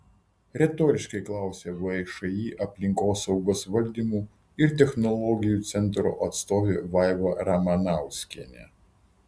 retoriškai klausia všį aplinkosaugos valdymo ir technologijų centro atstovė vaiva ramanauskienė